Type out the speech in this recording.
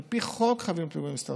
על פי חוק חייבים פיגומים בסטנדרט אירופי,